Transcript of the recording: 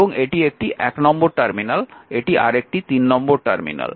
এবং এটি একটি 1 নম্বর টার্মিনাল এটি আরেকটি 3 নম্বর টার্মিনাল